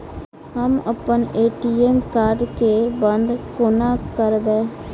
हम अप्पन ATM card केँ बंद कोना करेबै?